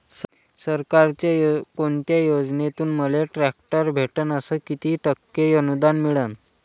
सरकारच्या कोनत्या योजनेतून मले ट्रॅक्टर भेटन अस किती टक्के अनुदान मिळन?